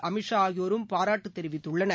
அமித்ஷா ஆகியோரும் பாராட்டு தெரிவித்துள்ளனர்